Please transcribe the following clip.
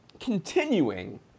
Continuing